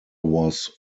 was